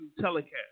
telecast